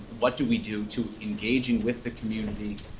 what do we do to engaging with the community,